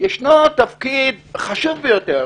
יש תפקיד חשוב ביותר,